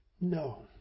No